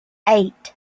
eight